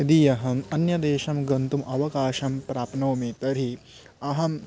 यदि अहम् अन्यदेशं गन्तुम् अवकाशं प्राप्नोमि तर्हि अहम्